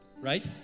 Right